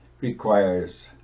requires